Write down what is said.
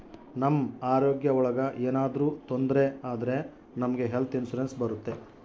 ನಮ್ ಆರೋಗ್ಯ ಒಳಗ ಏನಾದ್ರೂ ತೊಂದ್ರೆ ಆದ್ರೆ ನಮ್ಗೆ ಹೆಲ್ತ್ ಇನ್ಸೂರೆನ್ಸ್ ಬರುತ್ತೆ